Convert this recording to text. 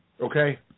Okay